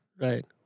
Right